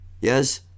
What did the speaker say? Yes